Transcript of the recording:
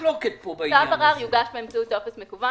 2.(א)כתב ערר יוגש באמצעות טופס מקוון